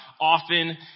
often